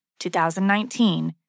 2019